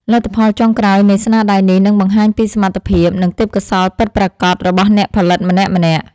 លទ្ធផលចុងក្រោយនៃស្នាដៃនេះនឹងបង្ហាញពីសមត្ថភាព និង ទេពកោសល្យពិតប្រាកដរបស់អ្នកផលិតម្នាក់ៗ។